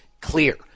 clear